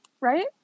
right